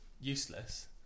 useless